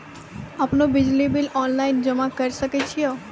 आपनौ बिजली bill online जमा करै सकै छौ?